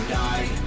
die